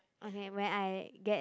okay when I get